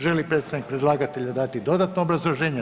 Želi li predstavnik predlagatelja dati dodatno obrazloženje?